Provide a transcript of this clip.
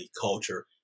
culture